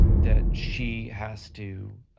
that she has to